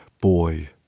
boy